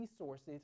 resources